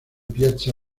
piazza